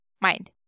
mind